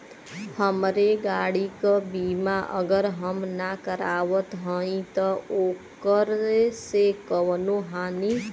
हमरे गाड़ी क बीमा अगर हम ना करावत हई त ओकर से कवनों हानि?